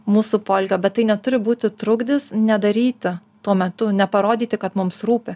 mūsų poelgio bet tai neturi būti trukdis nedaryti tuo metu neparodyti kad mums rūpi